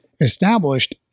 established